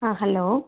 ஆ hello